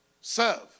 Serve